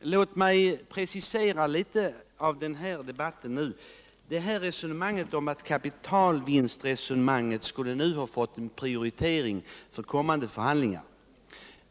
Låt mig få precisera denna debatt något. Det har förts ett resonemang om att kapitalvinster skulle få prioritering inför kommande förhandlingar.